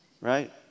Right